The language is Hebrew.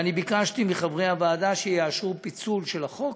וביקשתי מחברי הוועדה שיאשרו פיצול של החוק.